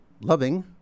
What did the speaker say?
loving